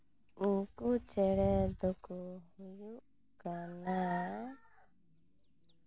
ᱩᱝᱠᱩ ᱪᱮᱬᱮ ᱫᱚᱠᱚ ᱦᱩᱭᱩᱜ ᱠᱟᱱᱟ